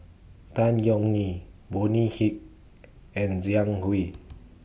Tan Yeok Nee Bonny He and Zhang Hui